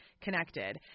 connected